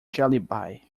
jellyby